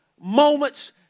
moments